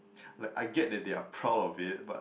like I get that they are proud of it but